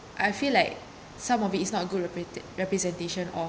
I feel like some of it is not good repeti~ representation of